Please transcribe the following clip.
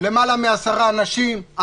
מעל עשרה אנשים,